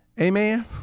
Amen